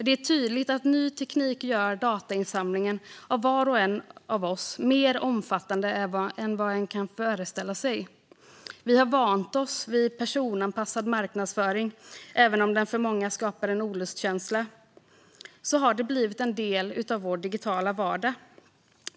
Det är tydligt att ny teknik gör datainsamlingen av var och en av oss mer omfattande än vad man kan föreställa sig. Vi har vant oss vid personanpassad marknadsföring, och även om den för många skapar en olustkänsla har den blivit en del av vår digitala vardag.